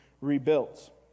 rebuilt